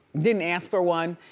didn't ask for one.